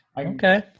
okay